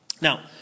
Now